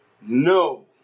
No